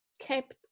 kept